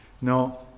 No